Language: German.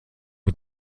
mit